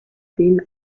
been